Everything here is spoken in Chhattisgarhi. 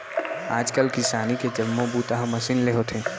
आज काल किसानी के जम्मो बूता ह मसीन ले होथे